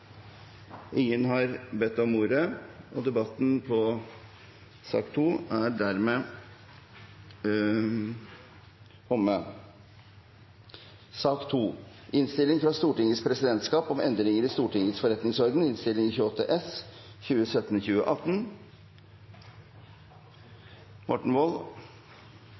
Ingen har bedt om ordet. Stortingets presidentskap har lagt frem innstilling om endringer i Stortingets forretningsorden.